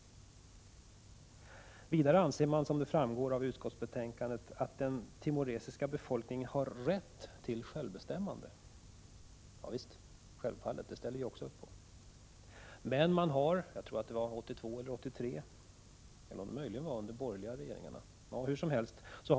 Vidare anser man — som framgår av utskottsbetänkandet — att den timoresiska befolkningen har rätt till självbestämmande. Självfallet, det 55 ställer jag också upp på.